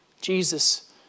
Jesus